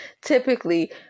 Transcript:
typically